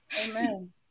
Amen